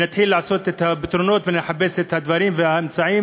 נתחיל לעשות את הפתרונות ונחפש את הדברים והאמצעים